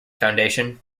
foundation